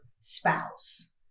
spouse